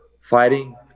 fighting